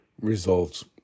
results